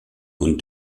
und